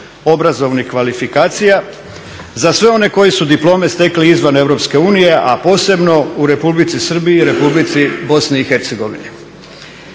obrazovnih kvalifikacija za sve one koji su diplome stekli izvan EU, a posebno u Republici Srbiji i Republici Bosni i Hercegovini.